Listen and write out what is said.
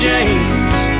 James